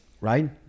right